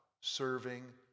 serving